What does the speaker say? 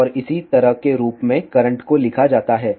और इसी तरह के रूप में करंट को लिखा जाता है